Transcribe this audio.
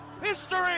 history